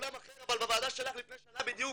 בוועדה שלך לפני שנה בדיוק.